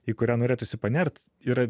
į kurią norėtųsi panert yra